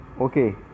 Okay